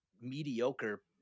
mediocre